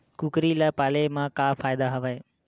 कुकरी ल पाले म का फ़ायदा हवय?